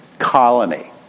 colony